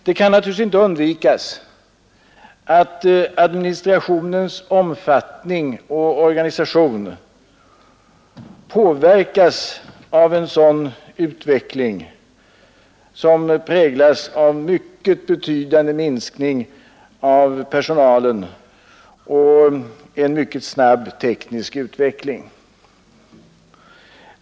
Det kan naturligtvis inte undvikas att administrationens omfattning och organisation påverkats av en utveckling som präglas av en mycket betydande minskning av personalen och en mycket snabb teknisk utveckling.